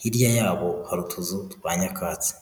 hirya yabo hari utuzu twa nyakatsi.